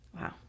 Wow